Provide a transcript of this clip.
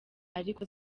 ariko